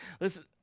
Listen